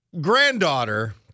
granddaughter